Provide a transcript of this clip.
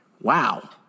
wow